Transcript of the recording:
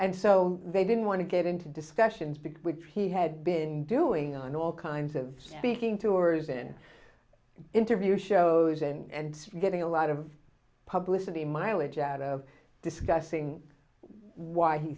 and so they didn't want to get into discussions because which he had been doing on all kinds of speaking tours in interview shows and getting a lot of publicity mileage out of discussing why he